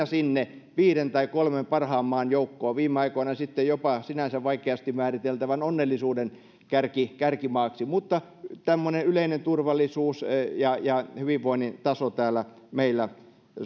sinne viiden tai kolmen parhaan maan joukkoon viime aikoina sitten jopa sinänsä vaikeasti määriteltävän onnellisuuden kärkimaaksi mutta tämmöinen yleinen turvallisuus ja ja hyvinvoinnin taso täällä meillä